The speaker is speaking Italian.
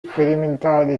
sperimentale